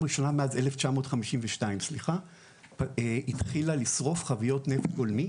מאז 1952 התחילה לשרוף חביות נפט גולמי